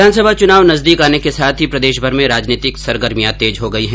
विधानसभा चुनाव नजदीक आने के साथ ही प्रदेशभर में राजनीतिक सरगर्मियां तेज हो गई है